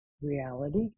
reality